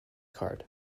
card